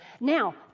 Now